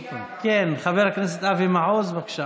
חבר הכנסת אבי מעוז, בבקשה.